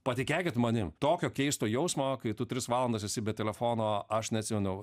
patikėkit manim tokio keisto jausmo kai tu tris valandas esi be telefono aš neatsimenu